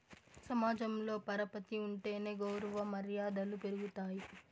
సమాజంలో పరపతి ఉంటేనే గౌరవ మర్యాదలు పెరుగుతాయి